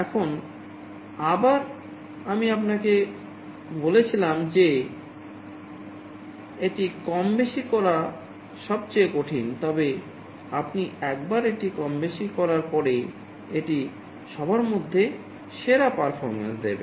এখন আবার আমি আপনাকে বলেছিলাম যে এটি কম বেশি করা সবচেয়ে কঠিন তবে আপনি একবার এটি কমবেশি করার পরে এটি সবার মধ্যে সেরা পারফরম্যান্স দেবে